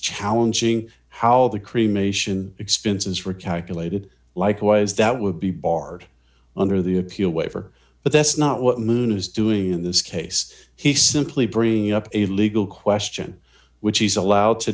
challenging how the cremation expenses for calculated likewise that would be barred under the appeal waiver but that's not what moon is doing in this case he simply bring up a legal question which he's allowed to